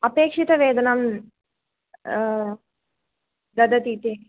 अपेक्षितवेतनं ददतीति